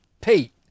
Pete